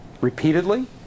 repeatedly